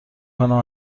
کنم